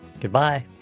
Goodbye